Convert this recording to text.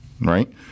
right